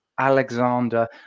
Alexander